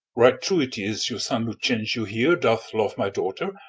right true it is your son lucentio here doth love my daughter,